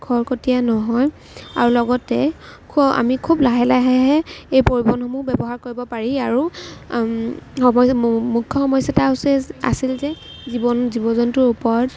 খৰতকীয়া নহয় আৰু লগতে খু আমি খুব লাহে লাহে হে এই পৰিবহণসমূহ ব্যৱহাৰ কৰি পাৰি আৰু মুখ্য সমস্যাটো হৈছে আছিল যে জীৱন জীৱ জন্তুৰ ওপৰত